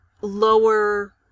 lower